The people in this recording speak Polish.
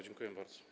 Dziękuję bardzo.